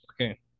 Okay